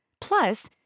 Plus